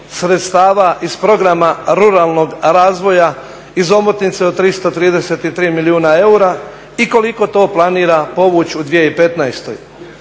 sredstava iz Programa ruralnog razvoja iz omotnice od 333 milijuna eura i koliko to planira povući u 2015.